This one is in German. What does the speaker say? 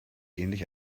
ähnlich